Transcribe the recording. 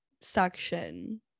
section